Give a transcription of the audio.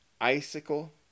Icicle